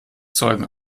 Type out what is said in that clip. zeugen